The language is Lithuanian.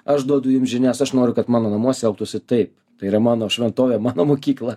aš duodu jum žinias aš noriu kad mano namuose elgtųsi taip tai yra mano šventovė mano mokykla